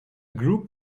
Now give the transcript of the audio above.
group